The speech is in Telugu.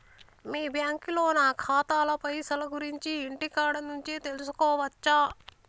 మీ బ్యాంకులో నా ఖాతాల పైసల గురించి ఇంటికాడ నుంచే తెలుసుకోవచ్చా?